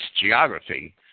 geography